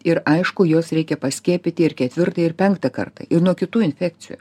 ir aišku juos reikia paskiepyti ir ketvirtą ir penktą kartą ir nuo kitų infekcijų